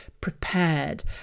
prepared